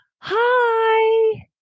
hi